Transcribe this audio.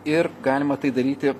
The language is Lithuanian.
ir galima tai daryti